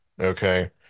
Okay